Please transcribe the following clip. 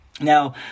Now